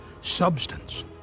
substance